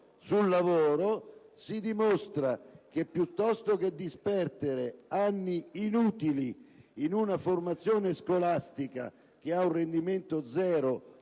sul lavoro, si dimostra che, piuttosto che disperdere anni inutili in una formazione scolastica a rendimento zero